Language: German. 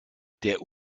der